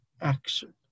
action